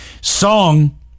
Song